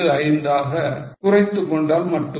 75 ஆக குறைத்துக்கொண்டால் மட்டுமே